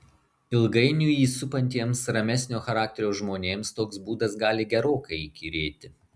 ilgainiui jį supantiems ramesnio charakterio žmonėms toks būdas gali gerokai įkyrėti